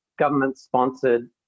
government-sponsored